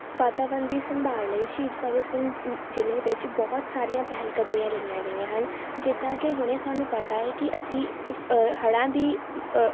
ਵਾਤਾਵਰਨ ਦੀ ਸੰਭਾਲ ਲਈ ਸ਼ਹੀਦ ਭਗਤ ਸਿੰਘ ਜ਼ਿਲ੍ਹੇ ਵਿੱਚ ਬਹੁਤ ਸਾਰੀਆਂ ਪਹਿਲ ਕਦਮੀਆਂ ਲਈਆਂ ਗਈਆਂ ਹਨ ਜਿੱਦਾਂ ਕਿ ਹੁਣੇ ਸਾਨੂੰ ਪਤਾ ਹੈ ਕਿ ਅਸੀਂ ਹੜ੍ਹਾਂ ਦੀ